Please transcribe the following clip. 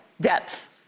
depth